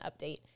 update